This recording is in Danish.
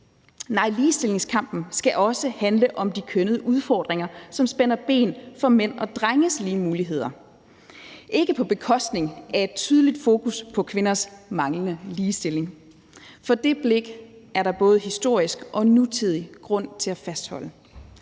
Nej, ligestillingskampen skal også handle om de kønnede udfordringer, som spænder ben for mænds og drenges lige muligheder. Det skal ikke være på bekostning af et tydeligt fokus på kvinders manglende ligestilling, for det blik er der både historisk og nutidig grund til at fastholde.